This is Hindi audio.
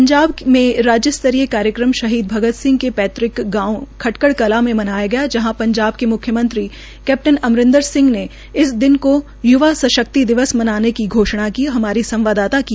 पंजाब में राज्य स्तरीय कार्यक्रम शहीद भगत सिंह के पैत़क गांव खटकड़कलां में मनाया गया जहां पंजाब के म्ख्यमंत्री कैप्टन अमरिंद्र सिंह ने इस दिन को युवा शक्ति दिवस मनाने की घोषणा की